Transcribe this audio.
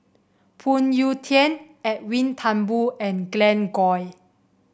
Phoon Yew Tien Edwin Thumboo and Glen Goei